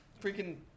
Freaking